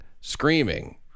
screaming